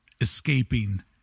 escaping